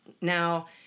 Now